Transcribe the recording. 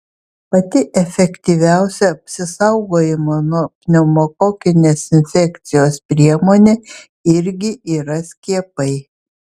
pati efektyviausia apsisaugojimo nuo pneumokokinės infekcijos priemonė irgi yra skiepai